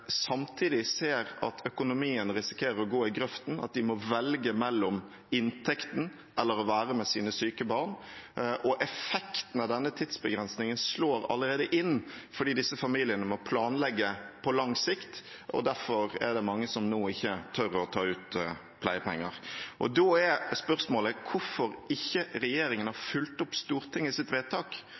samtidig ser at økonomien risikerer å gå i grøften, at de må velge mellom inntekten og å være med sine syke barn. Effekten av denne tidsbegrensningen slår allerede inn, fordi disse familiene må planlegge på lang sikt. Derfor er det mange som nå ikke tør å ta ut pleiepenger. Spørsmålet er hvorfor regjeringen ikke har fulgt opp Stortingets vedtak.